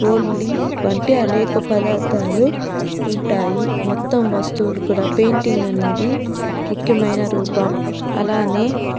కోలీఫ్ వంటి అనేక పదార్థాలు ఉంటాయి మొత్తం వస్తువులు కూడా పెయింటింగ్ అనేది ముఖ్యమైన రూపం అలాగే